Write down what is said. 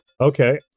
okay